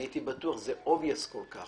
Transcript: זה obvious כל כך.